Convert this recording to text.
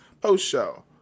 post-show